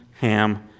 Ham